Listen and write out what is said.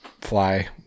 fly